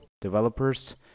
developers